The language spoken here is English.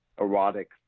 erotic